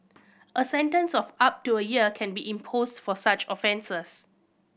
a sentence of up to a year can be imposed for such offences